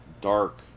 dark